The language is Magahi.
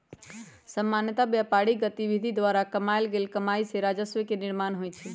सामान्य व्यापारिक गतिविधि द्वारा कमायल गेल कमाइ से राजस्व के निर्माण होइ छइ